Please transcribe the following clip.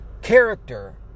character